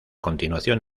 continuación